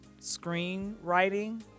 screenwriting